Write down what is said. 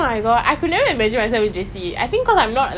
obviously ya could have been in a better place now [what]